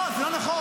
לא, זה לא נכון.